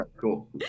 cool